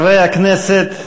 חברי הכנסת,